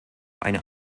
eine